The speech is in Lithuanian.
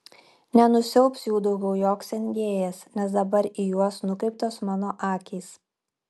nenusiaubs jų daugiau joks engėjas nes dabar į juos nukreiptos mano akys